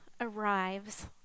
arrives